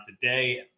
today